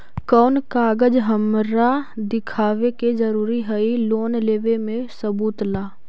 कौन कागज हमरा दिखावे के जरूरी हई लोन लेवे में सबूत ला?